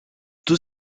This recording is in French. tout